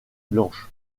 blanche